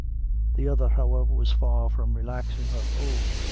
the other, however, was far from relaxing her hold.